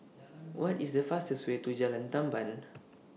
What IS The fastest Way to Jalan Tamban